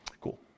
Cool